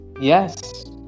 yes